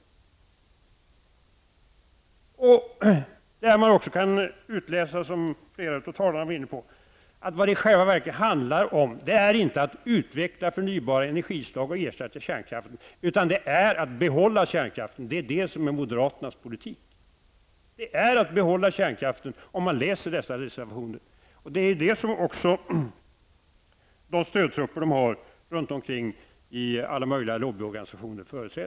I dessa kan man också utläsa, vilket flera talare varit inne på, att det i själva verket inte handlar om utveckling av förnybara energislag som skall ersätta kärnkraften utan om att behålla kärnkraften. Moderaternas politik är att behålla kärnkraften, vilket kan utläsas av dessa reservationer. Det är också den politik deras stödtrupper företräder i alla möjliga lobbyorganisationer.